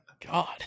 God